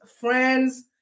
friends